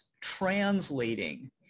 translating